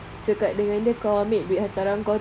cakap dengan dia kau ambil duit hantaran kau tu